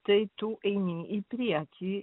tai tu eini į priekį